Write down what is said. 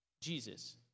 Jesus